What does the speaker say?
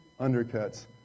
undercuts